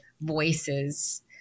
voices